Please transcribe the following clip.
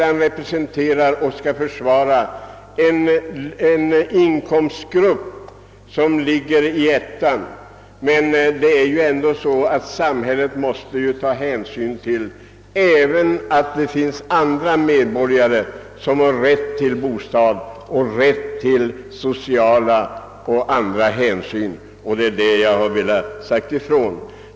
Han representerar och försvarar ju inkomstgrupp 1, men samhället måste dock beakta att det också finns andra medborgare som har rätt till bostad samt till sociala och andra hänsynstaganden. Det är på den punkten jag har velat säga ifrån.